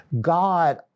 God